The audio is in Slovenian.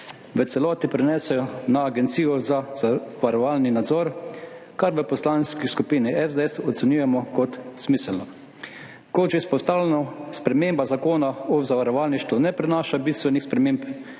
v celoti prenesejo na Agencijo za zavarovalni nadzor, kar v Poslanski skupini SDS ocenjujemo kot smiselno. Kot že izpostavljeno, sprememba Zakona o zavarovalništvu ne prinaša bistvenih sprememb,